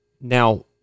now